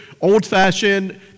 old-fashioned